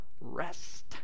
rest